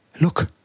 Look